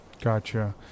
Gotcha